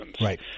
Right